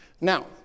Now